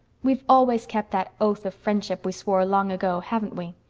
we've always kept that oath of friendship we swore long ago, haven't we?